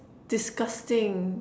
disgusting